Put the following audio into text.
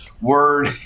word